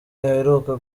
aheruka